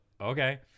okay